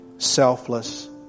selfless